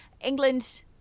England